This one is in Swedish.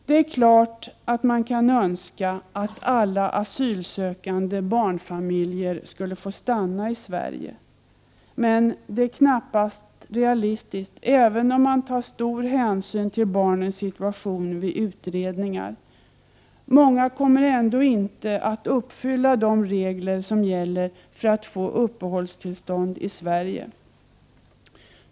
Det är klart att man kan önska att alla asylsökande barnfamiljer får stanna i Sverige, men det är knappast realistiskt, även om stor hänsyn tas till barnens situation vid utredningar. Många kommer ändå inte att uppfylla de regler som gäller för att få uppehållstillstånd i Sverige.